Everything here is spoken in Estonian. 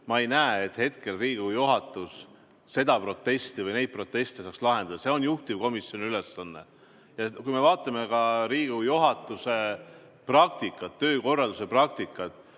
ma ei näe, et Riigikogu juhatus seda protesti või neid proteste saaks lahendada. See on juhtivkomisjoni ülesanne. Ja kui me vaatame ka Riigikogu juhatuse praktikat, töökorralduse praktikat,